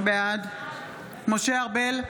בעד משה ארבל,